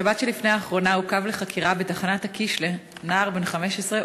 בשבת שלפני האחרונה עוכב לחקירה בתחנת הקישלה נער בן 15,